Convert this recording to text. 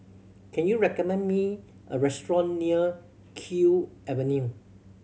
can you recommend me a restaurant near Kew Avenue